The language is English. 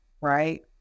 right